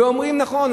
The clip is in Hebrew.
ואומרים: נכון,